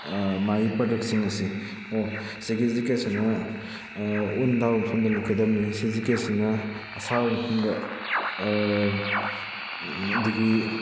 ꯃꯥꯒꯤ ꯄ꯭ꯔꯗꯛꯁꯤꯡ ꯑꯁꯦ ꯑꯣ ꯑꯁꯤꯒꯤ ꯖꯤꯛꯀꯦꯠꯁꯤꯅ ꯎꯟ ꯇꯥꯕ ꯃꯐꯝꯗ ꯂꯤꯠꯀꯗꯝꯃꯤ ꯑꯁꯤ ꯖꯤꯛꯀꯦꯠꯁꯤꯅ ꯑꯁꯥꯕ ꯃꯐꯝꯗ ꯗꯤꯒ꯭ꯔꯤ